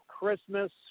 Christmas